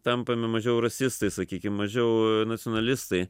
tampame mažiau rasistai sakykim mažiau nacionalistai